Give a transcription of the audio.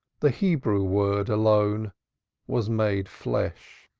the hebrew word alone was made flesh.